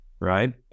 right